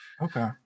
Okay